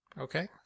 Okay